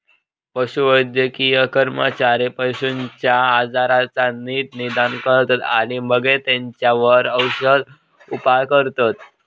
पशुवैद्यकीय कर्मचारी पशुपक्ष्यांच्या आजाराचा नीट निदान करतत आणि मगे तेंच्यावर औषदउपाय करतत